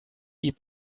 eat